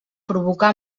provocà